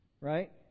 right